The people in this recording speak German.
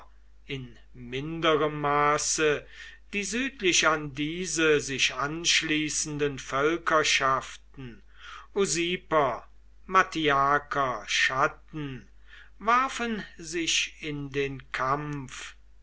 in minderem maße die südlich an diese sich anschließenden völkerschaften usiper mattiaker chatten warfen sich in den kampf